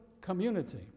community